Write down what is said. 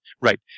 right